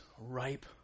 ripe